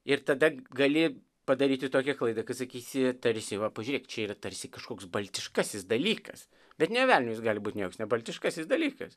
ir tada gali padaryti tokią klaidą kad sakysi tarsi va pažiūrėk čia ir tarsi kažkoks baltiškasis dalykas bet nė velnias jis gali būt nė joks niekas ne baltiškasis dalykas